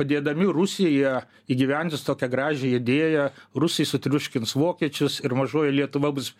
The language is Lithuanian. padėdami rusijai jie įgyvendins tokią gražią idėją rusai sutriuškins vokiečius ir mažoji lietuva bus